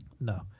No